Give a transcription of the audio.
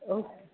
okay